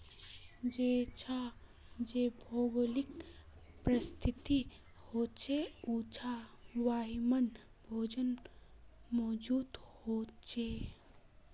जेछां जे भौगोलिक परिस्तिथि होछे उछां वहिमन भोजन मौजूद होचे